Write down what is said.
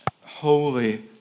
holy